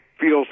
feels